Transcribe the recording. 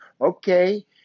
Okay